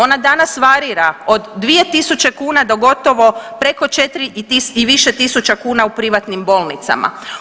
Ona danas varira od 2.000 kuna do gotovo preko 4.000 i više tisuća kuna u privatnim bolnicama.